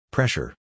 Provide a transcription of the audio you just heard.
Pressure